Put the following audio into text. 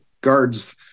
guards –